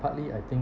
partly I think